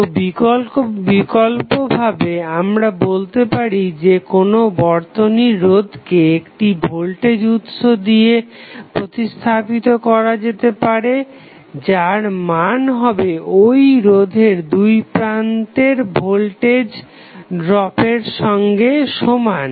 তো বিকল্পভাবে আমরা বলতে পারি যে কোনো বর্তনীর রোধকে একটি ভোল্টেজ উৎস দিয়ে প্রতিস্থাপিত করা যেতে পারে যার মান হবে ঐ রোধের দুই প্রান্তের ভোল্টেজ ড্রপের সঙ্গে সমান